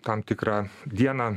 tam tikrą dieną